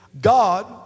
God